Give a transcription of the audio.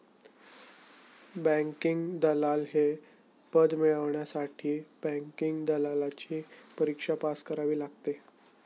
banking दलाल हे पद मिळवण्यासाठी बँकिंग दलालची परीक्षा पास करावी लागते